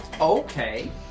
Okay